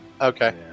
Okay